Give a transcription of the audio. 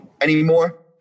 anymore